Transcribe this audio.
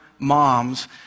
moms